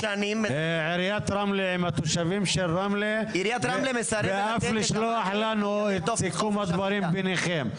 עיריית רמלה עם התושבים של רמלה ואף לשלוח לנו את סיכום הדברים ביניכם.